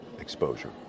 exposure